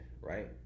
right